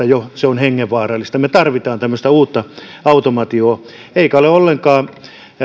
jo ihmiskosketus on hengenvaarallista me tarvitsemme tämmöistä uutta automaatiota eikä ole ollenkaan